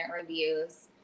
reviews